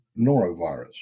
norovirus